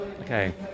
Okay